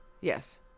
Yes